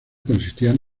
consistían